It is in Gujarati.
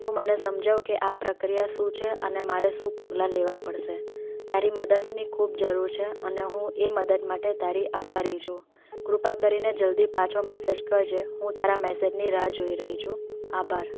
તું મને સમજાવ કે આ પ્રક્રિયા શું છે અને મારે શું પગલાં લેવાં પડશે તારી મદદની ખૂબ જરૂર છે અને હું એ મદદ માટે તારી આભારી છું કૃપા કરીને જલ્દી પાછો મેસેજ કરજે હું તારા મેસેજની રાહ જોઈ રહી છું આભાર